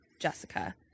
Jessica